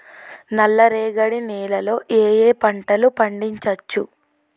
నల్లరేగడి నేల లో ఏ ఏ పంట లు పండించచ్చు?